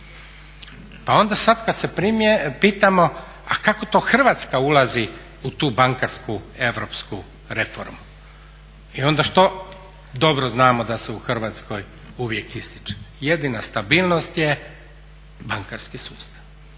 Pa onda sad kad se pitamo a kako to Hrvatska ulazi u tu bankarsku europsku reformu? I onda što dobro znamo da se u Hrvatskoj uvijek ističe? Jedina stabilnost je bankarski sustav.